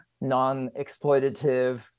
non-exploitative